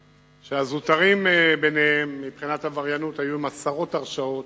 שהזוטרים ביניהם מבחינת עבריינות היו עם עשרות הרשעות,